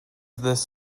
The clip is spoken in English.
this